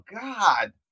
God